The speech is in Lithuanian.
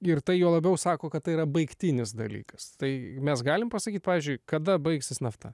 ir tai juo labiau sako kad tai yra baigtinis dalykas tai mes galime pasakyti pavyzdžiui kada baigsis nafta